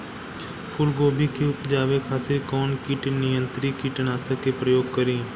फुलगोबि के उपजावे खातिर कौन कीट नियंत्री कीटनाशक के प्रयोग करी?